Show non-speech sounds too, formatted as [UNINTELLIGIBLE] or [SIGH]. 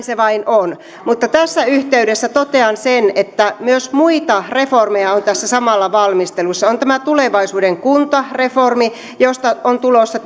[UNINTELLIGIBLE] se vaan on tässä yhteydessä totean sen että myös muita reformeja on tässä samalla valmistelussa on tämä tulevaisuuden kuntareformi josta on tulossa [UNINTELLIGIBLE]